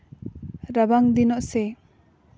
ᱨᱟᱵᱟᱝ ᱫᱤᱱᱟᱜ ᱥᱮ